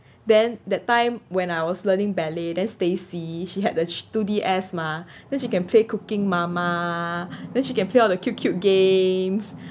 then that time when I was learning ballet then stacy she had the sh~ two the D_S mah then she can play cooking mama then she can play on the cute cute games